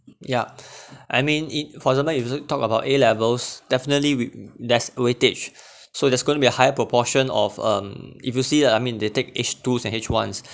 yeah I mean it for example if you also talk about A levels definitely with there's weightage so there's going to be a higher proportion of um if you see uh I mean they take h-twos and h-ones